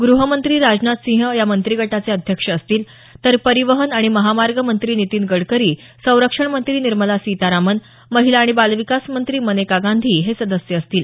गृहमंत्री राजनाथ सिंह या मंत्रिगटाचे अध्यक्ष असतील तर परिवहन आणि महामार्ग मंत्री नितीन गडकरी संरक्षण मंत्री निर्मला सीतारामन महिला आणि बाल विकास मंत्री मेनका गांधी हे सदस्य असतील